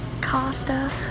Costa